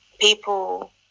people